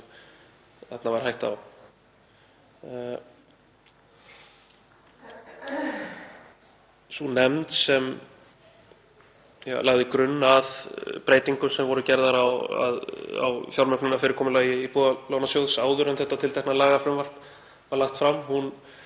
þarna var hætta á. Sú nefnd sem lagði grunn að breytingum sem voru gerðar á fjármögnununarfyrirkomulagi Íbúðalánasjóðs áður en þetta tiltekna lagafrumvarp var lagt fram